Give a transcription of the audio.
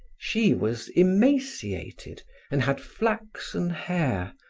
she was emaciated and had flaxen hair,